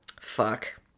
Fuck